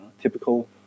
typical